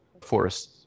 forests